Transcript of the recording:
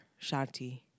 Shanti